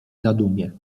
zadumie